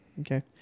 Okay